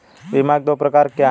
बीमा के दो प्रकार क्या हैं?